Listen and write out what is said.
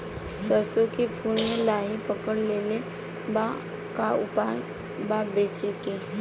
सरसों के फूल मे लाहि पकड़ ले ले बा का उपाय बा बचेके?